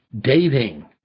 dating